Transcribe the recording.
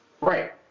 Right